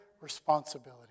responsibility